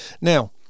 Now